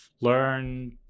learn